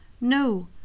No